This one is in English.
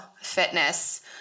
fitness